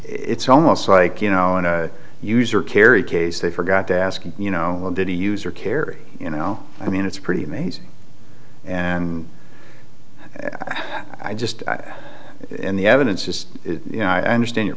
it's almost like you know in a user kerry case they forgot to ask you know did he use or carry you know i mean it's pretty amazing and i just and the evidence is you know i understand your